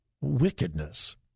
wickedness